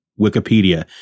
Wikipedia